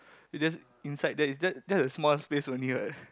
is just inside there it's just it's just a small place only what